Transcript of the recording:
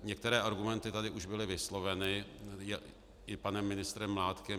Některé argumenty tady už byly vysloveny i panem ministrem Mládkem.